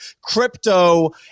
crypto